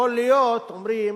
יכול להיות, אומרים,